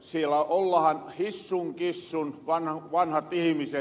siellä ollahan hissun kissun vanhat ihmiset